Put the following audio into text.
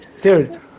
Dude